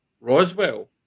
Roswell